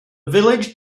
village